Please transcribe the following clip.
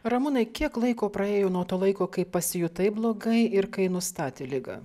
ramūnai kiek laiko praėjo nuo to laiko kai pasijutai blogai ir kai nustatė ligą